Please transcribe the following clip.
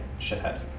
shithead